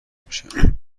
میشه